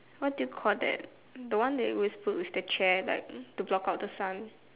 what do you call that the one that it was with the chair like to block out the sun